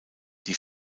die